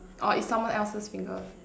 orh is someone else's finger